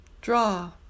draw